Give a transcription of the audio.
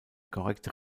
korrekte